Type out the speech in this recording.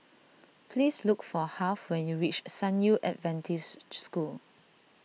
please look for Harve when you reach San Yu Adventist School